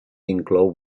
inclou